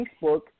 Facebook